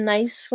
Nice